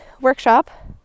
workshop